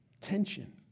tension